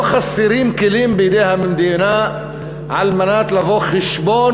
לא חסרים כלים למדינה כדי לבוא חשבון,